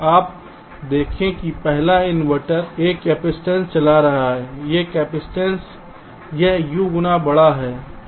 आप देखें कि पहला इन्वर्टर एक कैपेसिटेंस चला जा रहा है यह कैपेसिटेंस यह U गुना बड़ा है